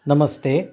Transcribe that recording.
नमस्ते